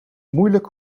moeilijk